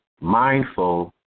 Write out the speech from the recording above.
mindful